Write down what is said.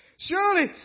Surely